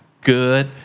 good